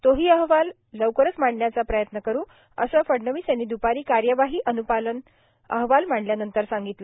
तो ही अहवाल लवकरात लवकर मांडण्याचा प्रयत्न करू असं फडणवीस यांनी द्पारी कार्यवाही अन्पालन अहवाल मांडल्यानंतर सांगितलं